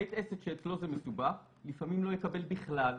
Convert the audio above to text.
בית עסק שאצלו זה מסובך לפעמים לא יקבל בכלל,